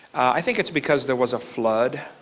i think it is because there was a flood.